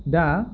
दा